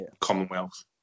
Commonwealth